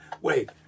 Wait